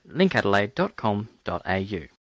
linkadelaide.com.au